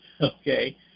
okay